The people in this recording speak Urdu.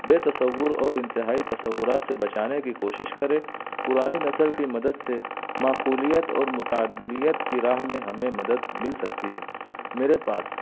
بےتصور اور انتہائی تصورات سے بچانے کی کوشش کرے پرانی نسل کی مدد سے معقولیت اور معتدلیت کی راہ میں ہمیں مدد مل سکتی ہے میرے پاس